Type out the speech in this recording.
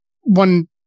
one